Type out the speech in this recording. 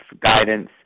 guidance